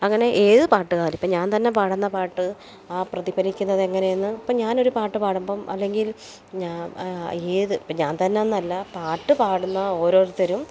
അങ്ങനെ ഏത് പാട്ട്കാർ ഇപ്പം ഞാൻ തന്നെ പാടുന്ന പാട്ട് പ്രതിഭലിക്കുന്നതെങ്ങനെയെന്ന് ഇപ്പം ഞാനൊരു പാട്ട് പാടുമ്പം അല്ലെങ്കിൽ ഞാൻ ഏത് ഇപ്പം ഞാൻ തന്നെന്നല്ല പാട്ട് പാടുന്ന ഓരോരുത്തരും